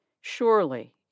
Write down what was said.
surely